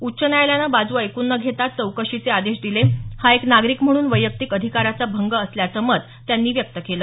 उच्च न्यायालयानं बाजू ऐकून न घेताच चौकशीचे आदेश दिले हा एक नागरिक म्हणून वैयक्तिक अधिकाराचा भंग असल्याचं मत त्यांनी व्यक्त केलं